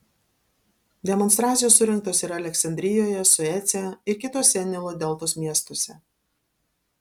demonstracijos surengtos ir aleksandrijoje suece ir kituose nilo deltos miestuose